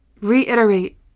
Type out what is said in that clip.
reiterate